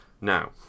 Now